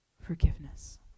forgiveness